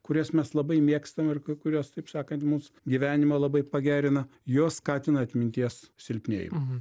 kurias mes labai mėgstam ir kuriuos taip sakant mums gyvenimą labai pagerina jos skatina atminties silpnėjimą